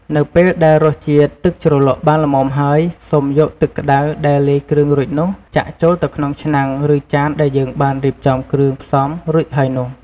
នៅពេលដែលរសជាតិទឹកជ្រក់បានល្មមហើយ សូមយកទឹកក្តៅដែលលាយគ្រឿងរួចនេះ ចាក់ចូលទៅក្នុងឆ្នាំង ឬចានដែលយើងបានរៀបចំគ្រឿងផ្សំរួចហើយនោះ។